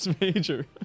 major